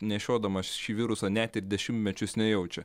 nešiodamas šį virusą net ir dešimtmečius nejaučia